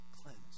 cleansed